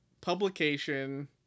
publication